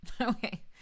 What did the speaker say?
Okay